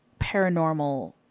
paranormal